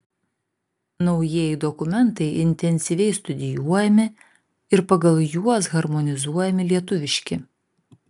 naujieji dokumentai intensyviai studijuojami ir pagal juos harmonizuojami lietuviški